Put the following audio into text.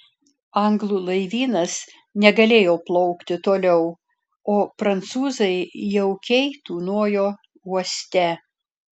anglų laivynas negalėjo plaukti toliau o prancūzai jaukiai tūnojo uoste